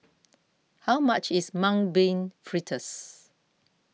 how much is Mung Bean Fritters